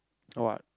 what